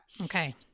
okay